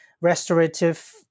restorative